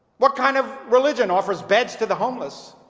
what kind of religion offers beds to the homeless,